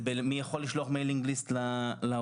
זה נוגע גם במי יכול לשלוח מיילינג-ליסט לעובדים,